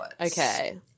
Okay